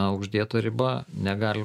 uždėta riba negali